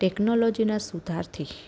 ટેક્નોલોજીના સુધારથી